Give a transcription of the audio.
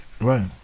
Right